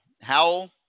Howell